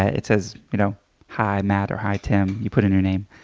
it says you know hi matt, or hi tim you put in your name.